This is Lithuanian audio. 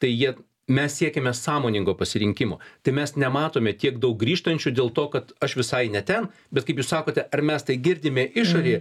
tai jie mes siekiame sąmoningo pasirinkimo tai mes nematome tiek daug grįžtančių dėl to kad aš visai ne ten bet kaip jūs sakote ar mes tai girdime išorėje